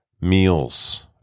meals